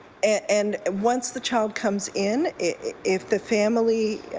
and once the child comes in, if the family